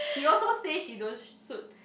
she also say she don't suit